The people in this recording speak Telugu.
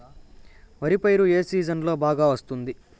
వరి పైరు ఏ సీజన్లలో బాగా వస్తుంది